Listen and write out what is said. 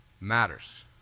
matters